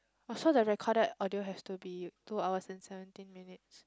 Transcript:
so the recorded audio has to be two hours and seventeen minutes